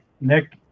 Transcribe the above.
Nick